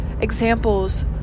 examples